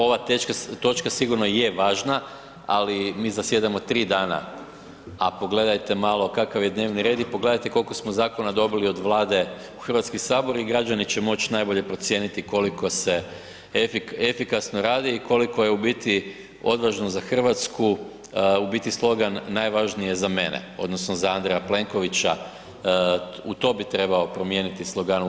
Ova točka sigurno je važna, ali mi zasjedamo 3 dana, a pogledajte malo kakav je dnevni red i pogledajte kolko smo zakona dobili od Vlade u HS i građani će moć najbolje procijeniti koliko se efikasno radi i koliko je u biti odvažno za RH u biti slogan „Najvažnije za mene odnosno za Andreja Plenkovića“, u to bi trebao promijeniti slogan u